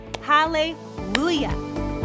Hallelujah